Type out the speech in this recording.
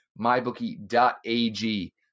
MyBookie.ag